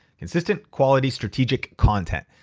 consistent, quality, strategic, content.